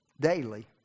daily